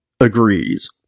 agrees